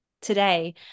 today